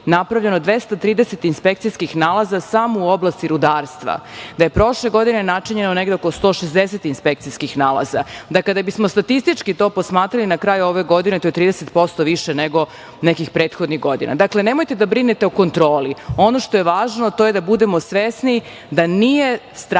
napravljeno 230 inspekcijskih nalaza samo u oblasti rudarstva, da je prošle godine načinjeno negde oko 160 inspekcijskih nalaza, da kada bi smo statistički to posmatrali na kraju ove godine, to je 30% više nego nekih prethodnih godina. Dakle, nemojte da brinete o kontroli. Ono što je važno, to je da budemo svesni da nije strašno